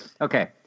Okay